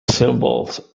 symbols